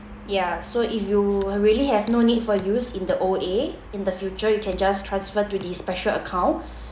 ya so if you really have no need for use in the O_A in the future you can just transfer to the special account